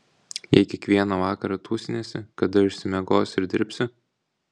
jei kiekvieną vakarą tūsinsiesi kada išsimiegosi ir dirbsi